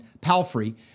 Palfrey